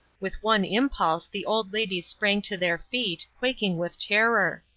with one impulse the old ladies sprang to their feet, quaking with terror.